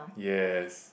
yes